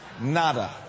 nada